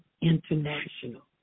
International